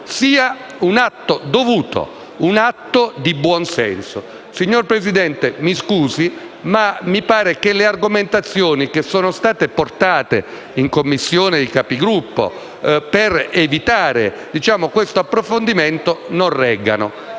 sia un atto dovuto, un atto di buonsenso. Signor Presidente, mi scusi, ma mi pare che le argomentazioni che sono state portate in Conferenza dei Capigruppo per evitare questo approfondimento non reggano.